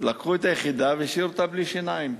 לקחו את היחידה והשאירו אותה בלי שיניים.